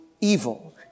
evil